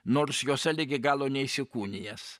nors jose ligi galo neįsikūnijęs